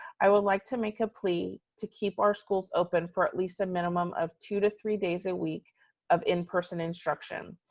i would like to make a plea to keep our schools open for at least a minimum of two to three days a week of in person instruction.